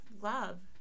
love